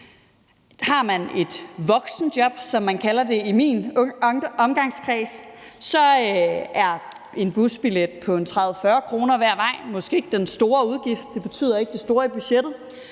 Har man et voksenjob, som man kalder det i min omgangskreds, er en busbillet på 30-40 kr. hver vej måske ikke den store udgift. Det betyder ikke det store i budgettet.